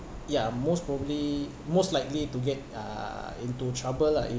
ya most probably most likely to get uh into trouble lah if